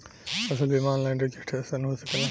फसल बिमा online registration हो सकेला?